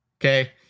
Okay